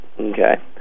Okay